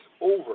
over